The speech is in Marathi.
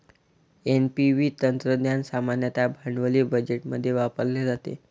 एन.पी.व्ही तंत्रज्ञान सामान्यतः भांडवली बजेटमध्ये वापरले जाते